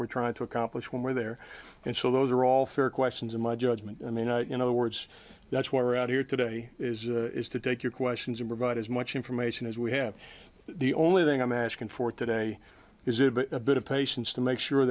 we're trying to accomplish when we're there and so those are all fair questions in my judgment i mean you know words that's why we're out here today is to take your questions and provide as much information as we have the only thing i'm asking for today is a bit a bit of patience to make sure